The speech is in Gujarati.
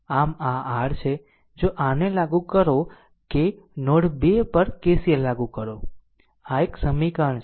આમ આ r છે જો r ને લાગુ કરો કે નોડ 2 પર KCL લાગું કરો આ એક સમીકરણ છે